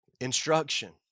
instruction